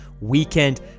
Weekend